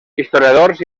historiadors